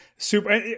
Super